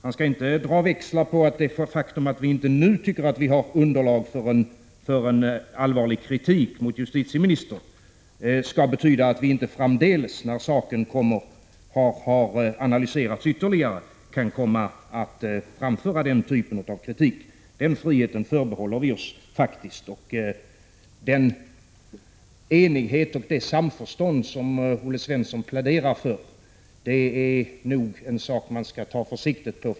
Det faktum att vi tycker att vi inte nu har underlag för en allvarlig kritik mot justitieministern betyder inte att vi inte framdeles, när frågan har analyserats ytterligare, kan framföra den typen av kritik. Den friheten förbehåller vi oss. Olle Svensson pläderar för enighet och samförstånd.